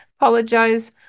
Apologize